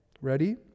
Ready